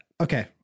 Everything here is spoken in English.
Okay